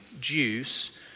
juice